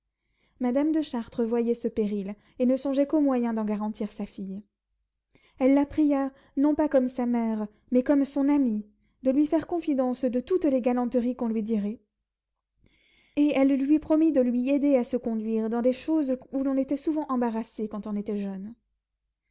madame de chartres voyait ce péril et ne songeait qu'aux moyens d'en garantir sa fille elle la pria non pas comme sa mère mais comme son amie de lui faire confidence de toutes les galanteries qu'on lui dirait et elle lui promit de lui aider à se conduire dans des choses où l'on était souvent embarrassée quand on était jeune